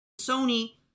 Sony